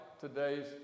today's